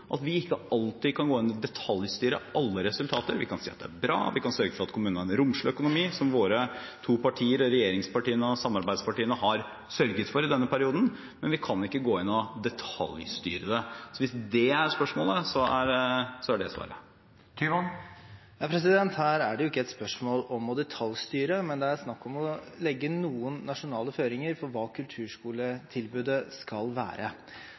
at vi ikke alltid kan gå inn og detaljstyre alle resultater. Vi kan si at det er bra, vi kan sørge for at kommunene har en romslig økonomi, som våre to partier, regjeringspartiene, og samarbeidspartiene har sørget for i denne perioden, men vi kan ikke gå inn og detaljstyre det. Hvis det er spørsmålet, så er dette svaret. Her er det jo ikke et spørsmål om å detaljstyre, men det er snakk om å legge noen nasjonale føringer for hva kulturskoletilbudet skal være.